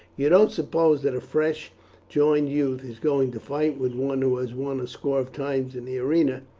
you don't suppose that a fresh joined youth is going to fight with one who has won a score of times in the arena?